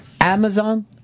Amazon